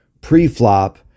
pre-flop